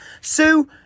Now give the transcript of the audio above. Sue